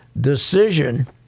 decision—